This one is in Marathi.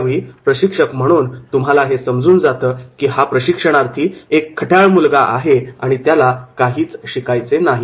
त्यावेळी प्रशिक्षक म्हणून तुम्हाला हे समजून जातं की हा प्रशिक्षणार्थी एक खट्याळ मुलगा आहे आणि त्याला काही शिकायचे नाही